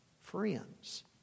friends